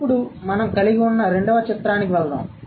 ఇప్పుడు మనం కలిగి ఉన్న రెండవ చిత్రానికి వెళ్దాం